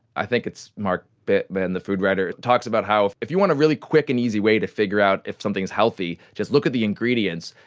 i think it's mark bittman the food writer talks about how if if you want a really quick and easy way to figure out if something is healthy, healthy, just look at the ingredients,